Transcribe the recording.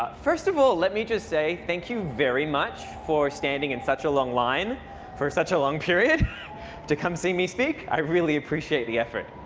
first of all, let me just say thank you very much for standing in such a long line for such a long period to come see me speak. i really appreciate the effort.